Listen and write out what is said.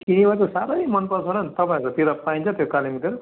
किनामा चाहिँ साह्रै मन पर्छ र नि तपाईँहरूतिर पाइन्छ त्यो कालेबुङतिर